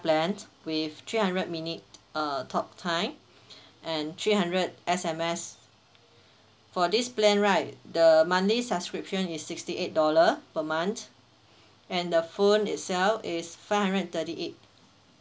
plan with three hundred minute uh talk time and three hundred S_M_S for this plan right the monthly subscription is sixty eight dollar per month and the phone itself is five hundred and thirty eight